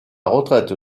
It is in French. retraite